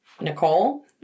Nicole